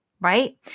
right